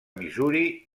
missouri